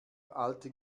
alte